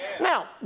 Now